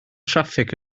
traffig